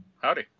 Howdy